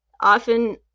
often